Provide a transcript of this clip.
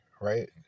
right